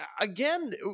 again